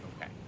Okay